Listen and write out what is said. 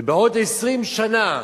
ובעוד 20 שנה,